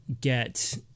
get